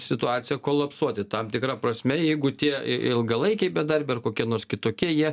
situacija kolapsuoti tam tikra prasme jeigu tie ilgalaikiai bedarbiai ar kokie nors kitokie jie